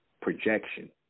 projection